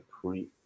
pre